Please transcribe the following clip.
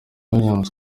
williams